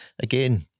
again